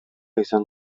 izan